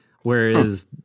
whereas